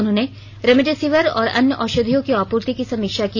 उन्होंने रेमडेसिविर और अन्य औषधियों की आपूर्ति की समीक्षा की